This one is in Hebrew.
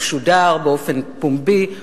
הוא שודר באופן פומבי,